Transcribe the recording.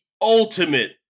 ultimate